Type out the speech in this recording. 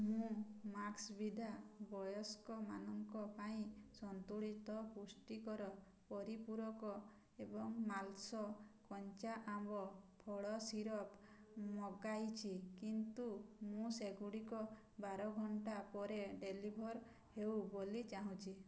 ମୁଁ ମ୍ୟାକ୍ସଭିଦା ବୟସ୍କମାନଙ୍କ ପାଇଁ ସନ୍ତୁଳିତ ପୁଷ୍ଟିକର ପରିପୂରକ ଏବଂ ମାଲାସ କଞ୍ଚା ଆମ୍ବ ଫଳ ସିରପ୍ ମଗାଇଛି କିନ୍ତୁ ମୁଁ ସେଗୁଡ଼ିକ ବାର ଘଣ୍ଟା ପରେ ଡେଲିଭର୍ ହେଉ ବୋଲି ଚାହୁଁଛି